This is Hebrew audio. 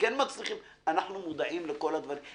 וכן מצריכים אנחנו מודעים לכל הדברים.